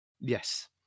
Yes